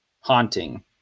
haunting